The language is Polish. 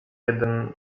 jeden